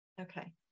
okay